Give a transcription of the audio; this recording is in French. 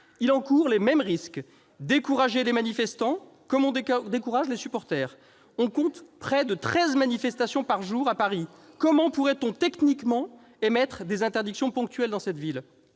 Il encourt les mêmes risques : décourager les manifestants comme on décourage les supporters. Mais non ! Au contraire ! On compte près de treize manifestations par jour à Paris. Comment pourrait-on techniquement émettre des interdictions ponctuelles dans cette ville ?